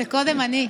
קודם אני.